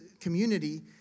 community